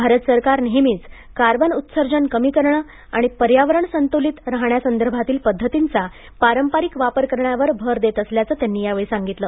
भारत सरकार नेहमीच कार्बन उत्सर्जन कमी करणे आणि पर्यावरण संतुलित राहण्यासंदर्भातील पध्दतींचा पारंपारिक वापर करण्यावर भर देत असल्याचं त्यांनी यावेळी सांगितलं